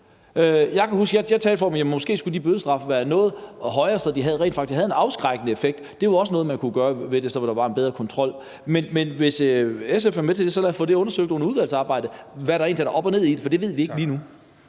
jeg talte for, at de måske skulle være noget højere, så de rent faktisk havde en afskrækkende effekt. Det er jo også noget, man kunne gøre ved det, så der var en bedre kontrol. Men hvis SF vil være med til det, så lad os under udvalgsarbejdet få undersøgt, hvad der egentlig er op og ned i det, for det ved vi ikke lige nu.